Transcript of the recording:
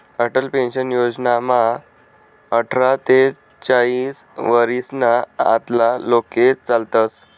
Atal pension योजनामा आठरा ते चाईस वरीसना आतला लोके चालतस